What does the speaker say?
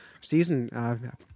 season